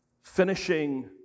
finishing